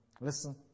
Listen